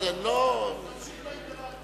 אז נמשיך באינטראקציה.